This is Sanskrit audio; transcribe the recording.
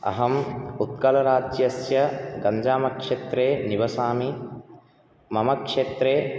अहम् उत्कलराज्यस्य गञ्जामक्षेत्रे निवसामि मम क्षेत्रे